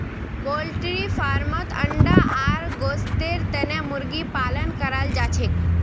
poultry फार्मत अंडा आर गोस्तेर तने मुर्गी पालन कराल जाछेक